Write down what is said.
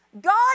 God